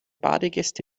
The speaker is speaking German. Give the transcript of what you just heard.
badegäste